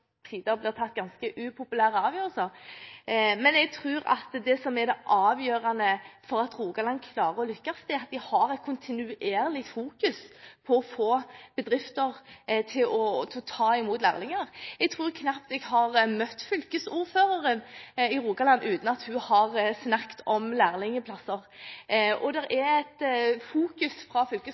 tider blir tatt ganske upopulære avgjørelser. Men jeg tror at det som er avgjørende for at Rogaland klarer å lykkes, er at de kontinuerlig fokuserer på å få bedrifter til å ta imot lærlinger. Jeg tror knapt jeg har møtt fylkesordføreren i Rogaland uten at hun har snakket om